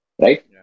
right